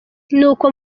nuko